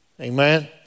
Amen